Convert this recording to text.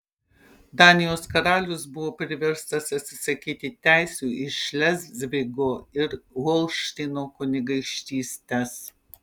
danijos karalius buvo priverstas atsisakyti teisių į šlezvigo ir holšteino kunigaikštystes